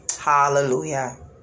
hallelujah